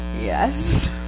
Yes